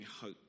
hope